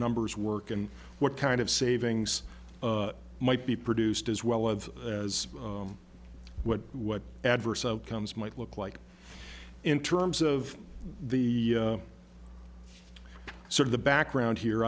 numbers work and what kind of savings might be produced as well of as what what adverse outcomes might look like in terms of the so the background here